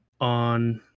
on